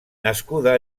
nascuda